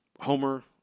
Homer